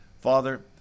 Father